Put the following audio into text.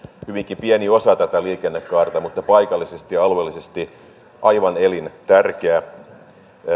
hyvinkin pieni osa tätä liikennekaarta mutta paikallisesti ja alueellisesti aivan elintärkeä